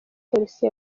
polisi